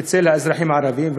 את האזרחים הערבים,